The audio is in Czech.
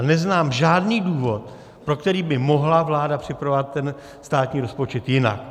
A neznám žádný důvod, pro který by mohla vláda připravovat státní rozpočet jinak.